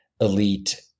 elite